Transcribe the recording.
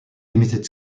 limited